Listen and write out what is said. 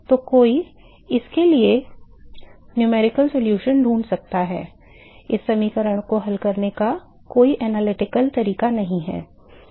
तो कोई इसके लिए संख्यात्मक समाधान ढूंढ सकता है इस समीकरण को हल करने का कोई विश्लेषणात्मक तरीका नहीं है